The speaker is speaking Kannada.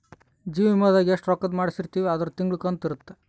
ಜೀವ ವಿಮೆದಾಗ ಎಸ್ಟ ರೊಕ್ಕಧ್ ಮಾಡ್ಸಿರ್ತಿವಿ ಅದುರ್ ತಿಂಗಳ ಕಂತು ಇರುತ್ತ